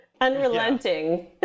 unrelenting